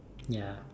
ya